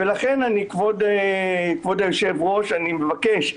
ולכן כבוד היושב-ראש אני מבקש,